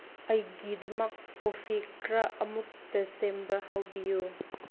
ꯑꯩꯒꯤꯗꯃꯛ ꯀꯣꯐꯤ ꯈꯔ ꯑꯃꯨꯛꯇ ꯁꯦꯝꯕ ꯍꯧꯕꯤꯌꯨ